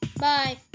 Bye